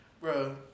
Bro